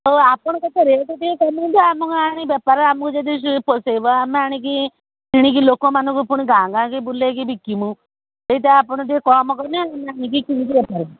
ହେଉ ଆପଣ କେତେ ରେଟ୍ ଟିକିଏ ଖାଲି କୁହନ୍ତୁ ଆମ ଗାଁ ଆଣିକି ବେପାର ଆମକୁ ଯଦି ପୋଷେଇବ ଆମେ ଆଣିକି କିଣିକି ଲୋକମାନଙ୍କୁ ପୁଣି ଗାଁ ଗାଁ କି ବୁଲେଇକି ବିକିବୁ ଏଇଟା ଆପଣ ଟିକିଏ କମ୍ କହିଲେ ଟିକିଏ ଆଣିକି କିଣିକି ରଖିବୁ